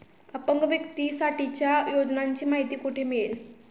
अपंग व्यक्तीसाठीच्या योजनांची माहिती कुठे मिळेल?